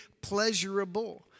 pleasurable